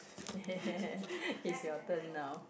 is your turn now